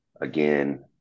again